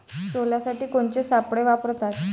सोल्यासाठी कोनचे सापळे वापराव?